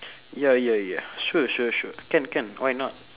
ya ya ya sure sure sure can can why not